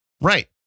Right